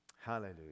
Hallelujah